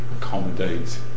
accommodate